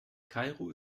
kairo